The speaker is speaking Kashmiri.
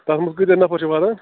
تَتھ منٛز کٕتیٛاہ نَفر چھِ واتان